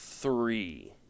Three